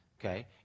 okay